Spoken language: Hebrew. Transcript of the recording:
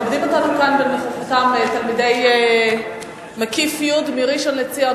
מכבדים אותנו כאן בנוכחותם תלמידי מקיף י' מראשון-לציון.